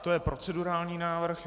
To je procedurální návrh.